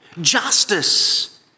justice